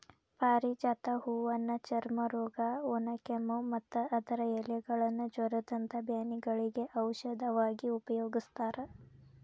ಪಾರಿಜಾತ ಹೂವನ್ನ ಚರ್ಮರೋಗ, ಒಣಕೆಮ್ಮು, ಮತ್ತ ಅದರ ಎಲೆಗಳನ್ನ ಜ್ವರದಂತ ಬ್ಯಾನಿಗಳಿಗೆ ಔಷಧವಾಗಿ ಉಪಯೋಗಸ್ತಾರ